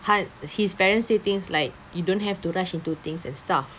han~ his parents still thinks like you don't have to rush into things and stuff